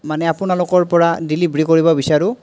মানে আপোনালোকৰ পৰা ডেলিভাৰী কৰিব বিচাৰোঁ